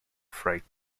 freight